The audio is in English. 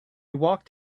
walked